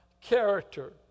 character